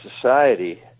society